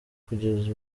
kugeza